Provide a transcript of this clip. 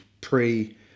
pre